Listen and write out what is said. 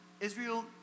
Israel